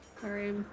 Sorry